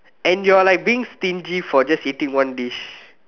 and you're like being stingy for just eating one dish